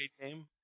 game